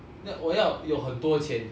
na~ 我要有很多钱